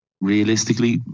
realistically